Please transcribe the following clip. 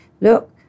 look